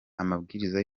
amabwiriza